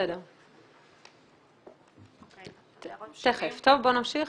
בואו נמשיך.